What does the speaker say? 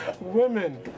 Women